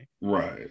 Right